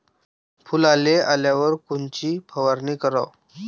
फुलाले आल्यावर कोनची फवारनी कराव?